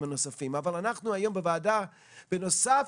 תשפ"ב,